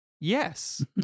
Yes